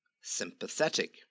Sympathetic